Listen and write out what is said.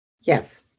Yes